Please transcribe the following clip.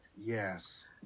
yes